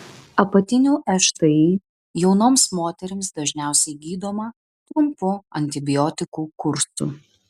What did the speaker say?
apatinių šti jaunoms moterims dažniausiai gydoma trumpu antibiotikų kursu